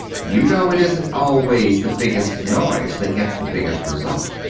you know it isn't always the biggest noise that gets the biggest result.